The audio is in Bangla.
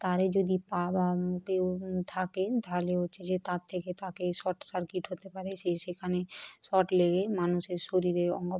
তারে যদি পা বা কেউ থাকে তাহলে হচ্ছে যে তার থেকে তাকে শর্ট সার্কিট হতে পারে সেই সেখানে শক লেগে মানুষের শরীরে অঙ্গ